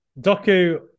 Doku